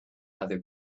other